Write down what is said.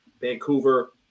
Vancouver